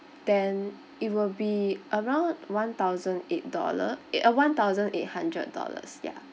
then it will be around one thousand eight dollar eh uh one thousand eight hundred dollars ya